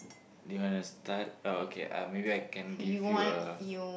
do you wanna start oh okay uh maybe I can give you a